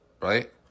right